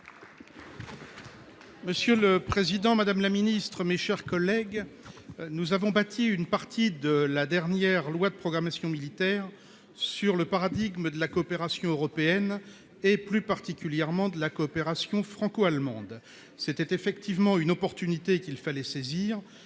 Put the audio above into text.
question s'adresse à M. le ministre des armées. Nous avons bâti une partie de la dernière loi de programmation militaire sur le paradigme de la coopération européenne, et plus particulièrement franco-allemande. C'était effectivement une opportunité qu'il fallait saisir.